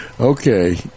Okay